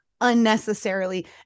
unnecessarily